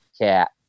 cat